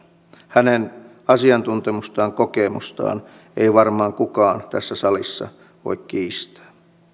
hänen asiantuntemustaan kokemustaan ei varmaan kukaan tässä salissa voi kiistää